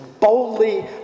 Boldly